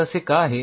तर असे का आहे